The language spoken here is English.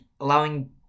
allowing